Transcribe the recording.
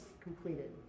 completed